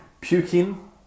Puking